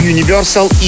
Universal